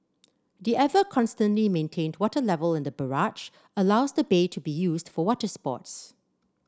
the ever constantly maintained water level in the barrage allows the bay to be used for water sports